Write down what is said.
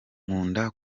nkunda